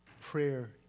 prayer